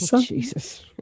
Jesus